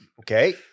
Okay